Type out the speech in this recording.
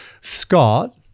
Scott